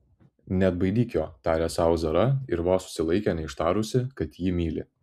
neatbaidyk jo tarė sau zara ir vos susilaikė neištarusi kad jį myli